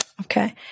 Okay